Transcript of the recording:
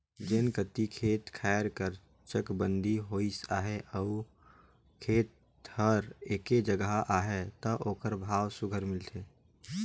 जेन कती खेत खाएर कर चकबंदी होइस अहे अउ खेत हर एके जगहा अहे ता ओकर भाव सुग्घर मिलथे